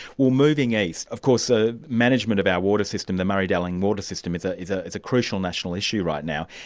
well moving east, of course ah management of our water system, the murray-darling water system, is ah is ah a crucial national issue right now.